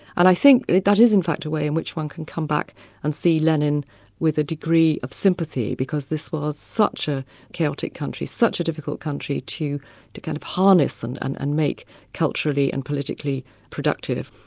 and i think that is in fact a way in which one can come back and see lenin with a degree of sympathy because this was such a chaotic country, such a difficult country to to kind of harness and and make culturally and politically productive.